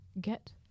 get